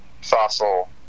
fossil